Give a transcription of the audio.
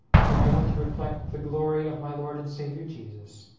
whether i want to reflect the glory of my lord and savior jesus